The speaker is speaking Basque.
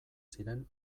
ziren